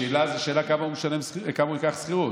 השאלה היא כמה הוא ייקח שכירות.